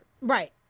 Right